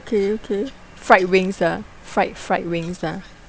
okay okay fried wings ah fried fried wings ah